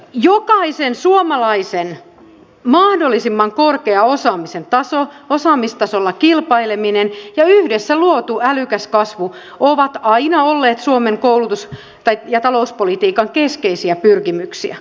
jokaisen suomalaisen mahdollisimman korkea osaamisen taso osaamistasolla kilpaileminen ja yhdessä luotu älykäs kasvu ovat aina olleet suomen koulutus ja talouspolitiikan keskeisiä pyrkimyksiä